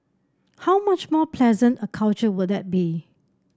how much more pleasant a culture would that be